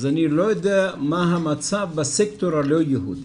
אז אני לא יודע מה המצב בסקטור הלא-יהודי.